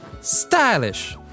Stylish